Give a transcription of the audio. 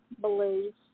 beliefs